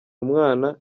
umwana